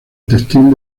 textil